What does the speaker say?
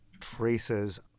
traces